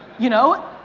you know?